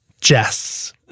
Jess